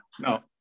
no